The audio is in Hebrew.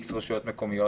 איקס רשויות מקומיות.